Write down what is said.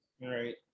Right